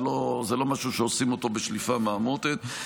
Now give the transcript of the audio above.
זה לא משהו שעושים אותו בשליפה מהמותן.